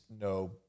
no